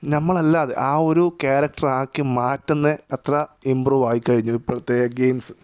നമ്മളല്ലാതെ ആ ഒരു ക്യാരക്ടർ ആക്കി മാറ്റുന്ന അത്ര ഇമ്പ്രൂവ് ആയി കഴിഞ്ഞു ഇപ്പോഴത്തെ ഗെയിംസ്